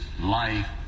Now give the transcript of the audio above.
life